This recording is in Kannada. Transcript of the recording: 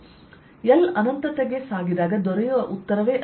L ಅನಂತತೆಗೆ ಸಾಗಿದಾಗ ದೊರೆಯುವ ಉತ್ತರ ಅದು